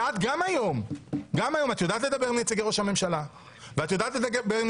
ואת גם היום יודעת לדבר עם נציגי ראש הממשלה וגם נציגי